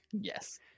Yes